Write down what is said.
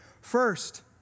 First